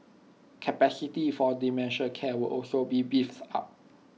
capacity for dementia care will also be beefs up